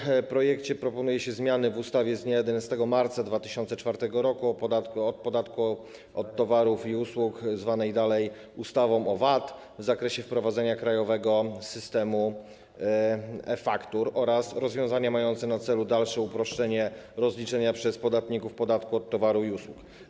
W niniejszym projekcie proponuje się zmiany w ustawie z dnia 11 marca 2004 r. o podatku od towarów i usług, zwanej dalej ustawą o VAT, w zakresie wprowadzenia Krajowego Systemu e-Faktur oraz rozwiązania mające na celu dalsze uproszczenie rozliczania przez podatników podatku od towarów i usług.